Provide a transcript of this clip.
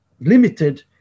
limited